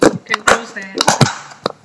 can close that